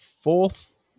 fourth